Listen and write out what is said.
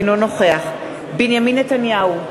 אינו נוכח בנימין נתניהו,